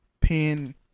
pin